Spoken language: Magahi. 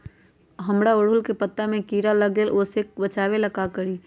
हमरा ओरहुल के पत्ता में किरा लग जाला वो से बचाबे ला का करी?